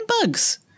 bugs